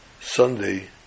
Sunday